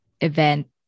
event